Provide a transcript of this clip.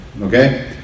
Okay